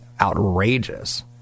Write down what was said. outrageous